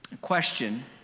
question